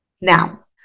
Now